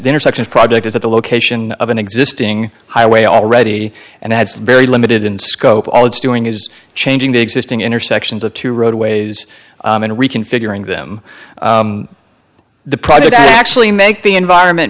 intersections project is at the location of an existing highway already and had very limited in scope all it's doing is changing the existing intersections of two roadways and reconfiguring them the problem to actually make the environment